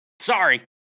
sorry